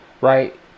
Right